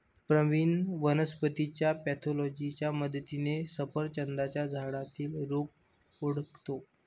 प्रवीण वनस्पतीच्या पॅथॉलॉजीच्या मदतीने सफरचंदाच्या झाडातील रोग ओळखतो